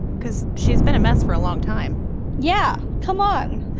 because she's been a mess for a long time yeah. come on